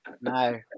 no